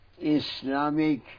Islamic